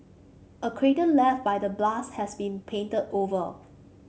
a crater left by the blast has been painted over